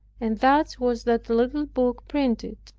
and thus was that little book printed.